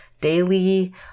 daily